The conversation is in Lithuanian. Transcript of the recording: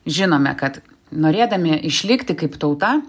žinome kad norėdami išlikti kaip tauta